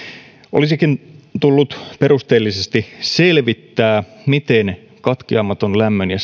olisikin tullut perusteellisesti selvittää miten katkeamaton lämmön ja